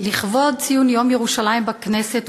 לכבוד ציון יום ירושלים בכנסת,